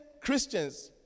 Christians